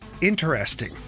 interesting